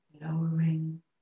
lowering